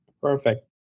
Perfect